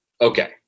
Okay